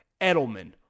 Edelman